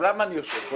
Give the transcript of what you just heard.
למה אני יושב פה?